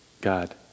God